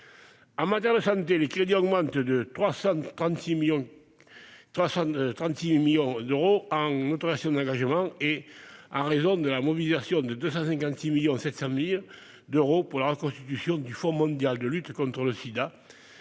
En matière de santé, les crédits augmentent de 336,4 millions d'euros en autorisation d'engagement, en raison de la mobilisation de 256,7 millions d'euros pour la reconstitution du Fonds mondial de lutte contre le sida,